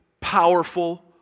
powerful